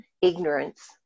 ignorance